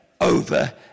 over